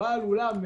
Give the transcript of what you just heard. למה הוא